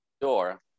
door